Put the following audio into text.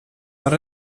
var